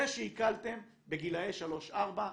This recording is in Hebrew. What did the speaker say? זה שהקלתם בגילאי 3-4,